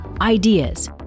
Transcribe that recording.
Ideas